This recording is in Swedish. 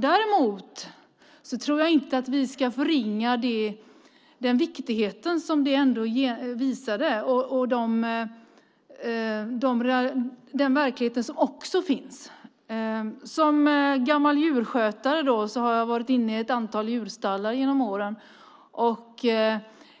Däremot tror jag inte att vi ska förringa det viktiga som detta ändå visade och den verklighet som också finns. Som gammal djurskötare har jag varit inne i ett antal djurstallar genom åren.